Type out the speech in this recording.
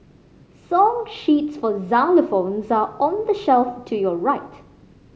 song sheets for xylophones are on the shelf to your right